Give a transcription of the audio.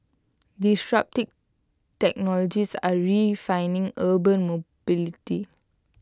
disruptive technologies are redefining urban mobility